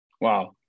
Wow